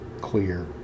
clear